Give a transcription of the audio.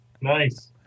Nice